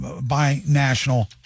bi-national